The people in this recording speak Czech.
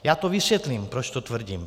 Já vysvětlím, proč to tvrdím.